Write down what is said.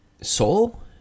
soul